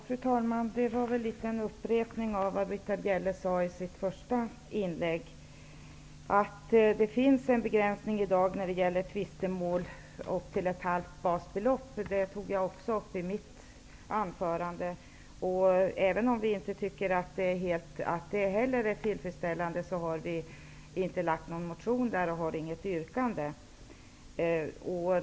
Fru talman! Detta var en upprepning av det Britta Att det i dag finns en begränsning vad gäller tvistemål om belopp på upp till ett halvt basbelopp tog också jag upp i mitt anförande. Även om vi inte tycker att detta är tillfredsställande har vi inte väckt någon motion i den frågan, och vi har inte något yrkande.